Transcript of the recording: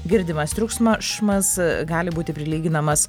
girdimas triukšm šmas gali būti prilyginamas